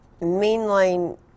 mainline